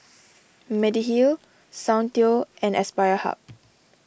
Mediheal Soundteoh and Aspire Hub